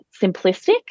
simplistic